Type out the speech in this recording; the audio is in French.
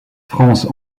france